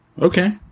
Okay